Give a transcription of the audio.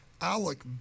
Alec